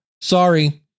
sorry